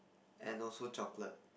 and also chocolate